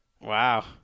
Wow